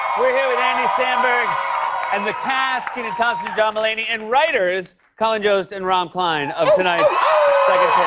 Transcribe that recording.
we're here with andy samberg and the cast, kenan thompson, john mulaney, and writers colin jost and rob klein of tonight's